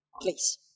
please